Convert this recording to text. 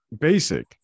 Basic